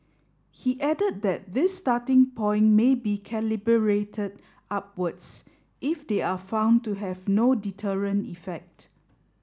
he added that this starting point may be calibrated upwards if they are found to have no deterrent effect